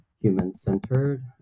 human-centered